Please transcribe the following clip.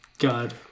God